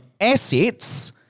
assets